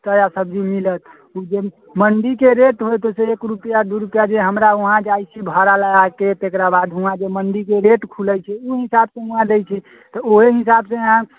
ताजा सब्जी मिलत जे मण्डीके रेट हौते से एक रुपिआ दू रुपिआ जे हमरा वहाँ जाइ छी भाड़ा लगाके तकरा बाद वहाँ जे मण्डीके रेट खुलै छै उ हिसाबसँ वहाँ लै छै तऽ ओहि हिसाबसँ अहाँ